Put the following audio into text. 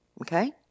okay